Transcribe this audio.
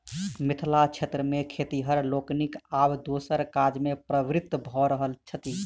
मिथिला क्षेत्र मे खेतिहर लोकनि आब दोसर काजमे प्रवृत्त भ रहल छथि